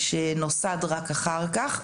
שנוסד רק אחר כך,